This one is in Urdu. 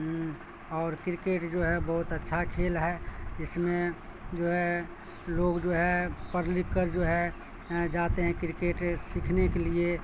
اور کرکٹ جو ہے بہت اچھا کھیل ہے اس میں جو ہے لوگ جو ہے پڑھ لکھ کر جو ہے جاتے ہیں کرکٹ سیکھنے کے لیے